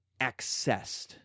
accessed